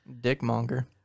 Dickmonger